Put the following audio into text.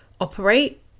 operate